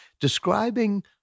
describing